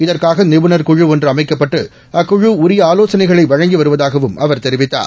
இதற்காக நிபுணா் குழு ஒன்று அமைக்கப்பட்டு அக்குழு உரிய ஆலோசனைகளை வழங்கி வருவதாகவும் அவர் தெரிவித்தார்